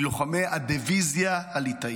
מלוחמי הדיוויזיה הליטאית.